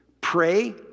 pray